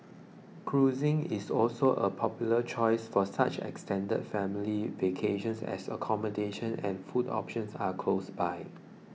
cruising is also a popular choice for such extended family vacations as accommodation and food options are close by